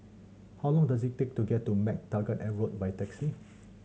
how long does it take to get to MacTaggart Road by taxi